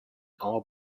all